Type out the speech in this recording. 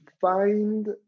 find